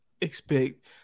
expect